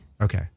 Okay